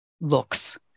looks